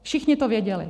Všichni to věděli.